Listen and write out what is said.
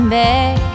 back